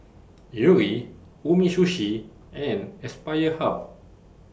Yuri Umisushi and Aspire Hub